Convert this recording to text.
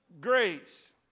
grace